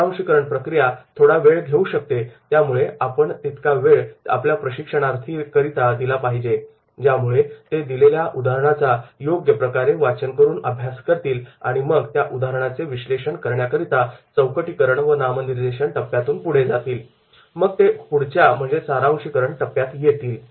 सारांशिकरण प्रक्रिया थोडा वेळ घेऊ शकते त्यामुळे आपण तितका वेळ आपल्या प्रशिक्षणार्थी करिता दिला पाहिजे ज्यामुळे ते दिलेल्या उदाहरणाचा योग्य प्रकारे वाचन करुन अभ्यास करतील आणि मग त्या उदाहरणाचे विश्लेषण करण्याकरिता चौकटीकरण व नामनिर्देशन टप्प्यातून पुढे जातील आणि मग ते पुढच्या म्हणजेच सारांशिकरण या टप्प्यात येतील